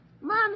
Mom